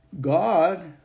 God